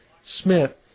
Smith